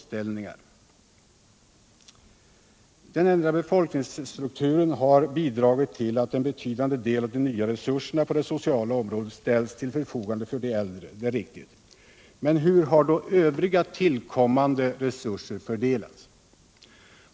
Det är riktigt att den ändrade befolkningsstrukturen har bidragit till att en betydande del av de nya resurserna på det sociala området ställts till förfogande för de äldre. Men hur har då de övriga tillkommande resurserna fördelats?